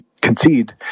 concede